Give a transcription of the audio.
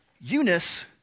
Eunice